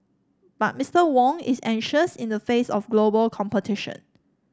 but Mister Wong is anxious in the face of global competition